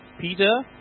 Peter